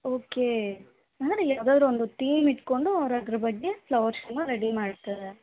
okay ಅಂದರೆ ಯಾವ್ದಾದ್ರು ಒಂದು ತೀಮ್ ಇಟ್ಕೊಂಡು ಅವ್ರು ಅದ್ರ ಬಗ್ಗೆ ಫ್ಲವರ್ ಶೋನ ರೆಡಿ ಮಾಡ್ತಾರೆ